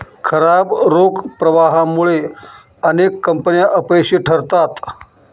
खराब रोख प्रवाहामुळे अनेक कंपन्या अपयशी ठरतात